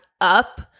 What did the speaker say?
up